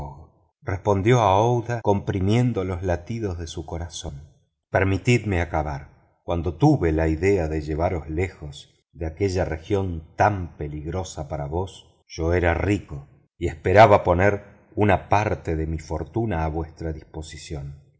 respondió aouida compri miendo los latidos de su corazón permitidme acabar cuando tuve la idea de llevaros lejos de aquella región tan peligrosa para vos yo era rico y esperaba poner una parte de mi fortuna a vuestra disposición